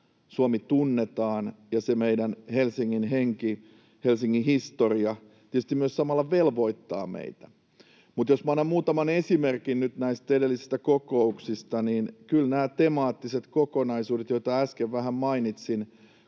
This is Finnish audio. Suomi tunnetaan. Ja se meidän Helsingin henki, Helsingin historia tietysti samalla myös velvoittaa meitä. Mutta jos annan muutaman esimerkin nyt näistä edellisistä kokouksista, niin kyllä temaattisiksi kokonaisuuksiksi, joita äsken vähän mainitsin